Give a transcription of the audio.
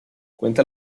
cuenta